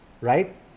right